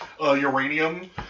uranium